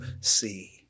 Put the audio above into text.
see